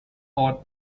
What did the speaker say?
ort